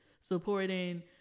supporting